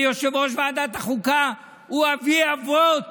יושב-ראש ועדת החוקה הוא אבי-אבות